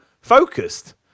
focused